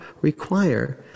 require